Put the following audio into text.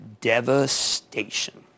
devastation